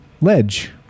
ledge